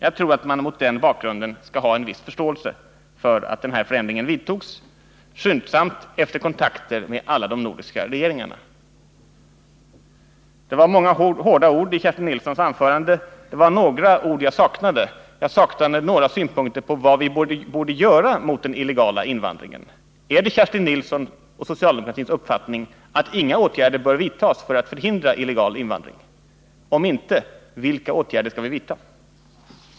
Jag tror att man mot den bakgrunden skall ha en viss förståelse för att den här förändringen vidtogs skyndsamt efter kontakter med alla de nordiska regeringarna. Det var många hårda ord i Kerstin Nilssons anförande. Jag saknade några synpunkter på vad vi borde göra mot den illegala invandringen. Är det Kerstin Nilssons och socialdemokratins uppfattning att inga åtgärder bör vidtas för att förhindra illegal invandring? Om inte, vilka åtgärder skall vi vidta?